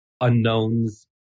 unknowns